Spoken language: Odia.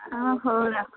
ହଁ ହଉ ରଖ